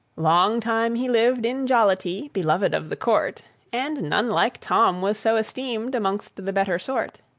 long time he lived in jollity, beloved of the court, and none like tom was so esteemed amongst the better sort.